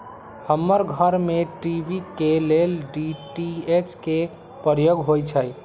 हमर घर में टी.वी के लेल डी.टी.एच के प्रयोग होइ छै